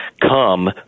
come